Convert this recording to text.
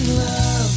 love